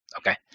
Okay